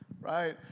right